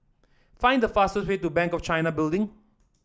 find the fastest way to Bank of China Building